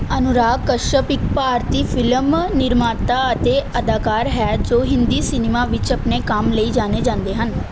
ਅਨੁਰਾਗ ਕਸ਼ਯਪ ਇੱਕ ਭਾਰਤੀ ਫਿਲਮ ਨਿਰਮਾਤਾ ਅਤੇ ਅਦਾਕਾਰ ਹੈ ਜੋ ਹਿੰਦੀ ਸਿਨੇਮਾ ਵਿੱਚ ਆਪਣੇ ਕੰਮ ਲਈ ਜਾਣੇ ਜਾਂਦੇ ਹਨ